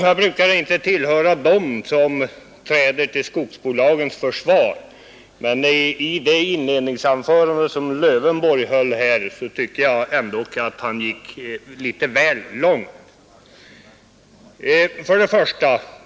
Jag brukar inte tillhöra dem som träder till skogsbolagens försvar, men jag tyckte ändock att herr Lövenborg gick litet väl långt i sitt inledningsanförande.